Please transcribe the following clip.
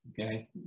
Okay